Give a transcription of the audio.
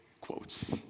quotes